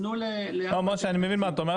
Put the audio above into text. תנו ל- -- אני מבין מה שאתה אומר.